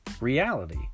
Reality